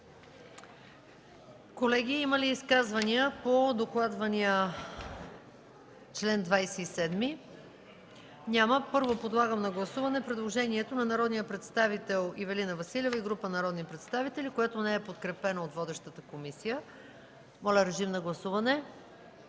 Колеги, има ли изказвания по докладвания чл. 27? Няма. Първо подлагам на гласуване предложението на народния представител Ивелина Василева и група народни представители, което не е подкрепено от водещата комисия. Моля, гласувайте.